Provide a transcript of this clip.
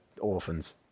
orphans